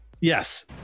Yes